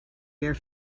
bare